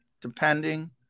depending